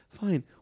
fine